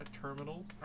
terminal